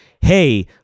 hey